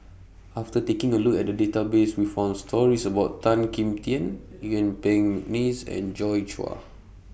after taking A Look At The Database We found stories about Tan Kim Tian Yuen Peng Mcneice and Joi Chua